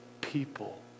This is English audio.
people